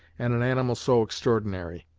and an animal so extraordinary.